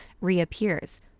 reappears